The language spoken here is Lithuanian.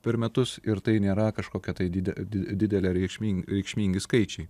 per metus ir tai nėra kažkokia tai dide didelė reikšmin reikšmingi skaičiai